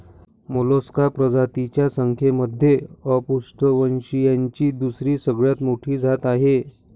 Mollusca प्रजातींच्या संख्येमध्ये अपृष्ठवंशीयांची दुसरी सगळ्यात मोठी जात आहे